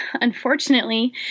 Unfortunately